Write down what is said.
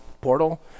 portal